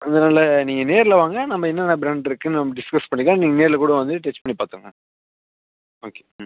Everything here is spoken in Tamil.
அதனால் நீங்கள் நேரில் வாங்க நம்ம என்னென்ன ப்ராண்டு இருக்குதுன்னு நம்ம டிஸ்கஸ் பண்ணிக்கலாம் நீங்கள் நேரில் கூட வந்து டெஸ்ட் பண்ணி பார்த்துக்குங்க ஓகே ம்